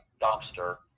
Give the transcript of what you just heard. dumpster